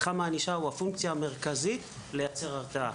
הכואבת והוא גם הפונקציה המרכזית שמאפשרת לייצר הרתעה.